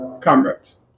comrades